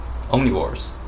Omnivores